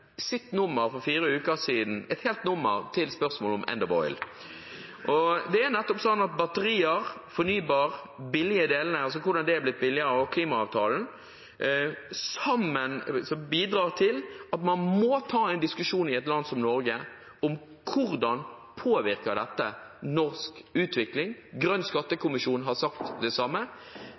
et helt nummer for fire uker siden til spørsmålet om «end of oil». Det er nettopp slik at utviklingen av batterier, hvordan de fornybare delene har blitt billigere, og klimaavtalen til sammen bidrar til at man må ta en diskusjon i et land som Norge om hvordan dette påvirker norsk utvikling. Grønn skattekommisjon har sagt det samme.